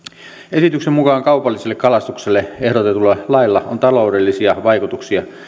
esityksen mukaan kaupalliselle kalastukselle ehdotetulla lailla on taloudellisia vaikutuksia